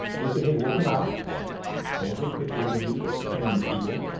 they said, hey we'll come out and we'll take pictures of you training these people.